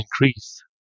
increase